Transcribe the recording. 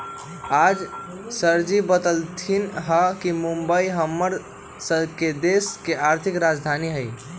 आज सरजी बतलथिन ह कि मुंबई हम्मर स के देश के आर्थिक राजधानी हई